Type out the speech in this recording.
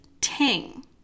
ting